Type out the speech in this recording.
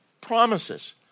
promises